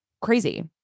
crazy